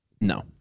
No